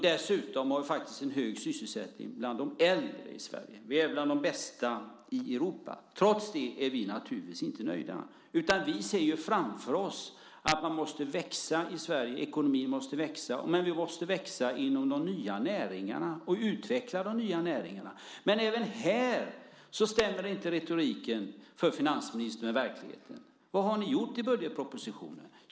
Dessutom har vi hög sysselsättning bland de äldre. Vi är bland de bästa i Europa. Trots det är vi naturligtvis inte nöjda. Vi ser framför oss att ekonomin måste växa i Sverige, men vi måste växa inom de nya näringarna och utveckla de nya näringarna. Inte heller här stämmer retoriken med verkligheten för finansministern. Vad har ni gjort i budgetpropositionen?